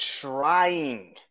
trying